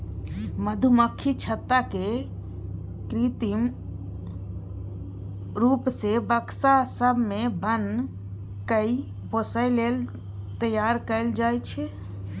मधुमक्खी छत्ता केँ कृत्रिम रुप सँ बक्सा सब मे बन्न कए पोसय लेल तैयार कयल जाइ छै